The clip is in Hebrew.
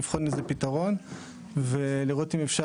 לבחון לזה פתרון ולראות אם אפשר,